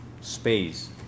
space